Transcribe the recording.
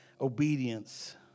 obedience